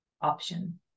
option